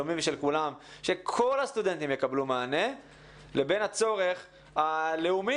של שלומי ושל כולם שכל הסטודנטים יקבלו מענה לבין הצורך הלאומי